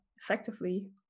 effectively